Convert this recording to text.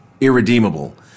irredeemable